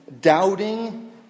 doubting